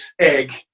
egg